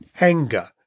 anger